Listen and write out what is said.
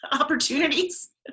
opportunities